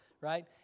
right